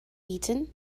eton